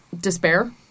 despair